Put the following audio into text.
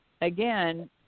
again